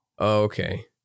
Okay